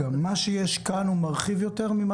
מה שיש כאן מרחיב יותר?